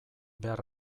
behar